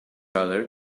other